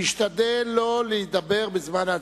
להשתדל לא לדבר בזמן הצבעה.